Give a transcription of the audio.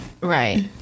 Right